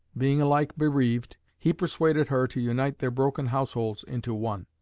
being alike bereaved, he persuaded her to unite their broken households into one.